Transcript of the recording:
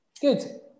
good